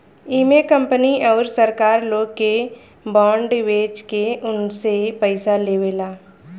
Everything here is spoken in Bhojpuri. इमे कंपनी अउरी सरकार लोग के बांड बेच के उनसे पईसा लेवेला